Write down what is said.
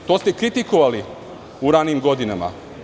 To ste kritikovali u ranijim godinama.